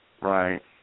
Right